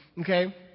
okay